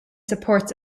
supports